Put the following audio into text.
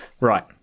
Right